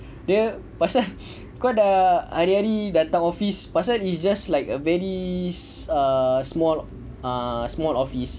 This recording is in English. dia pasal kau dah hari-hari datang office pasal it's just like a very ah small ah small office